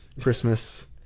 Christmas